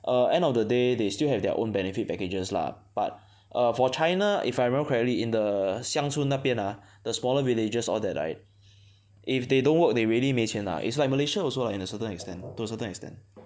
err end of the day they still have their own benefit packages lah but err for China if I remember correctly in the 乡村那边 ah the smaller villages all that right if they don't work they really 没钱拿 it's like Malaysia also lah in a certain extent to a certain extent